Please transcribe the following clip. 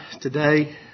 today